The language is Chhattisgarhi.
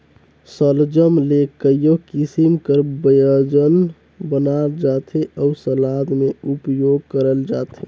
सलजम ले कइयो किसिम कर ब्यंजन बनाल जाथे अउ सलाद में उपियोग करल जाथे